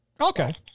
Okay